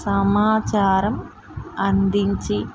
సమాచారం అందించి